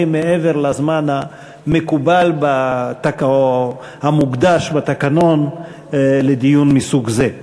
מעבר לזמן המקובל או המוקדש בתקנון לדיון מסוג זה.